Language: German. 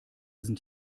sind